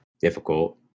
difficult